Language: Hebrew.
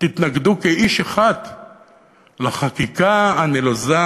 תתנגדו כאיש אחד לחקיקה הנלוזה,